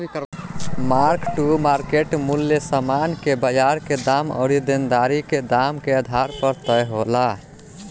mark to market मूल्य समान के बाजार के दाम अउरी देनदारी के दाम के आधार पर तय होला